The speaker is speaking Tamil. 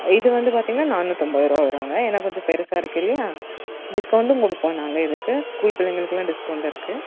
இது வந்து பார்த்தீங்கன்னா நானூற்றம்பது ரூபா வருமுங்க ஏன்னால் கொஞ்சம் பெருசாக இருக்குது இல்லையா டிஸ்கவுண்ட்டும் கொடுப்போம் நாங்கள் இதுக்கு ஸ்கூல் பிள்ளைங்களுக்கெல்லாம் டிஸ்கவுண்ட் இருக்குது